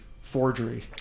forgery